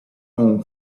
own